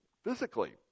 Physically